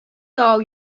тау